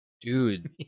Dude